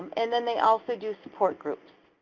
and then they also do support groups.